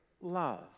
Love